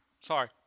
sorry